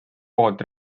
pood